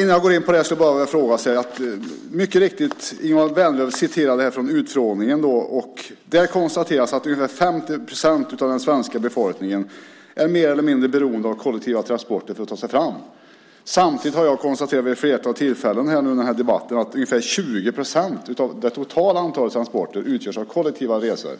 Innan jag går in på detta vill jag säga något om det Ingemar Vänerlöv citerade från utfrågningen. Där konstateras att ungefär 50 procent av den svenska befolkningen är mer eller mindre beroende av kollektiva transporter för att ta sig fram. Samtidigt har jag vid ett flertal tillfällen under den här debatten konstaterat att ungefär 20 procent av det totala antalet transporter utgörs av kollektiva resor.